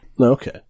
Okay